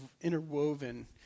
interwoven